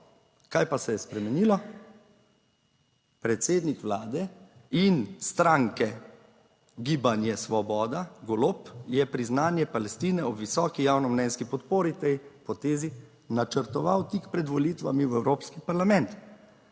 Kaj pa se je spremenilo? Predsednik Vlade in stranke Gibanje svoboda, Golob, je priznanje Palestine, ob visoki javnomnenjski podpori tej potezi, načrtoval tik pred volitvami v evropski parlament.